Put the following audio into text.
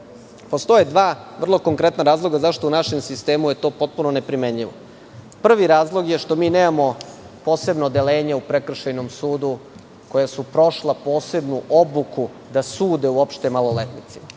dela. Postoje dva vrlo konkretna razloga zašto u našem sistemu je to potpuno neprimenljivo. Prvi razlog je što mi nemamo posebno odeljenje u prekršajnom sudu, koja su prošla posebnu obuku da sude uopšte maloletnicima.